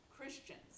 Christians